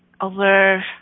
over